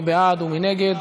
מי בעד ומי נגד?